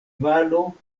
valo